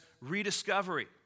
rediscovery